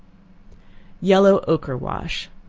yellow ochre wash.